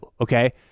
Okay